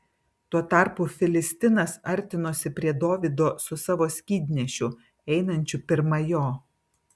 tuo tarpu filistinas artinosi prie dovydo su savo skydnešiu einančiu pirma jo